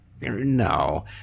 No